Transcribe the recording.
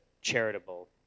charitable